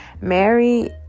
Mary